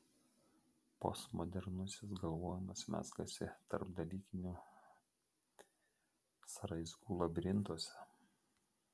postmodernusis galvojimas mezgasi tarpdalykinių sąraizgų labirintuose